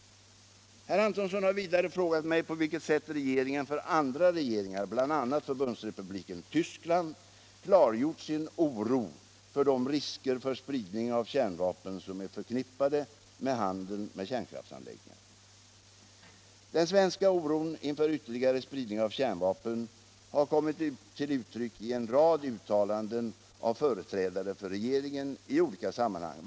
Herr Antonsson har vidare frågat mig på vilket sätt regeringen för andra regeringar, bl.a. Förbundsrepubliken Tyskland, klargjort sin oro för de risker för spridning av kärnvapen som är förknippade med handeln med kärnkraftsanläggningar. Den svenska oron inför ytterligare spridning av kärnvapen har kommit till uttryck i en rad uttalanden av företrädare för regeringen i olika sammanhang.